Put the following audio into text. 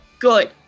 Good